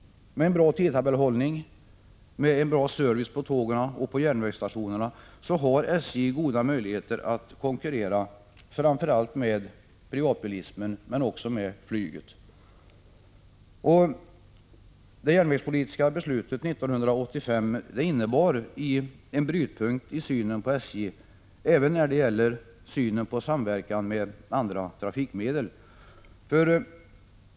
Med en bra tidtabellshållning, bra service på tågen och på järnvägsstationerna har SJ goda möjligheter att konkurrera, framför allt med privatbilismen och också med flyget. Det järnvägspolitiska beslutet 1985 innebar en brytpunkt när det gäller synen på SJ, och även beträffande synen på samverkan med andra trafikmedel.